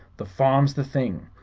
the farm's the thing.